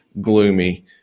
gloomy